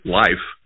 life